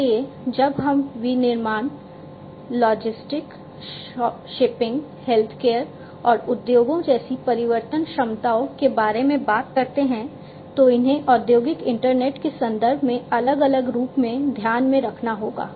इसलिए जब हम विनिर्माण लॉजिस्टिक्स शिपिंग हेल्थकेयर और उद्योगों जैसी परिवर्तन क्षमताओं के बारे में बात करते हैं तो इन्हें औद्योगिक इंटरनेट के संदर्भ में अलग अलग रूप में ध्यान में रखना होगा